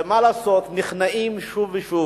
ומה לעשות, נכנעים שוב ושוב